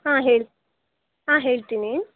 ಹಾಂ ಹೇಳಿ ಹಾಂ ಹೇಳ್ತೀನಿ